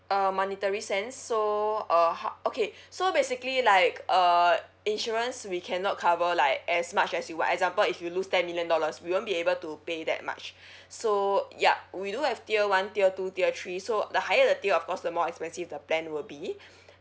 uh monetary sense so uh how okay so basically like uh insurance we cannot cover like as much as you want example if you lose ten million dollars we won't be able to pay that much so ya we do have tier one tier two tier three so the higher tier of course the more expensive the plan will be